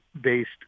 based